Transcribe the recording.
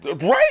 Right